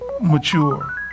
mature